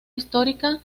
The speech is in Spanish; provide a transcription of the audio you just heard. histórica